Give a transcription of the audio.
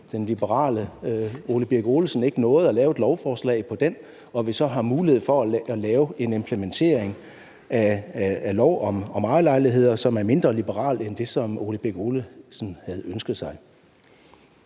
den liberale hr. Ole Birk Olesen ikke nåede at lave et lovforslag ud fra den og vi så har mulighed for at lave en implementering af lov om ejerlejligheder, som er mindre liberal end det, som hr. Ole Birk Olesen havde ønsket sig.